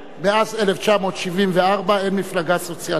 מאז 1974 אין מפלגה סוציאל-דמוקרטית.